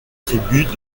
tribus